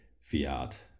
fiat